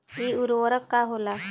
इ उर्वरक का होला?